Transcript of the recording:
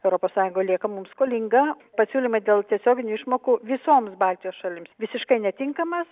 europos sąjunga lieka mums skolinga pasiūlymai dėl tiesioginių išmokų visoms baltijos šalims visiškai netinkamas